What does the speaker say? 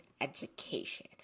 education